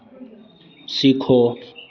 सीखो